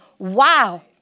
Wow